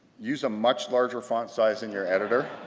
use a much larger font size in your editor.